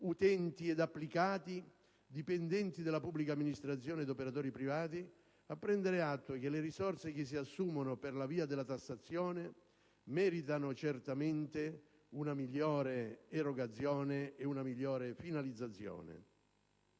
utenti ed applicati, dipendenti della pubblica amministrazione ed operatori privati, a prendere atto che le risorse che si assumono per la via della tassazione meritano certamente una migliore erogazione e una migliore finalizzazione.